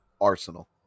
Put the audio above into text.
Arsenal